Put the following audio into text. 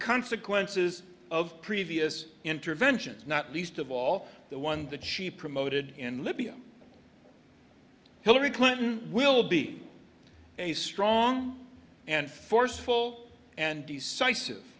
consequences of previous interventions not least of all the one that she promoted in libya hillary clinton will be a strong and forceful and decisive